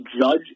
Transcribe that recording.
judge